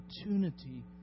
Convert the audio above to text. opportunity